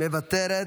מוותרת,